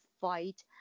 fight